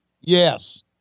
Yes